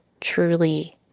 truly